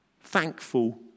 thankful